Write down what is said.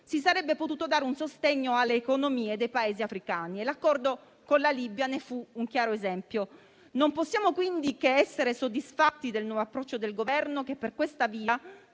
si sarebbe potuto dare un sostegno alle economie dei Paesi africani e l'accordo con la Libia ne fu un chiaro esempio. Non possiamo, quindi, che essere soddisfatti del nuovo approccio del Governo, che per questa via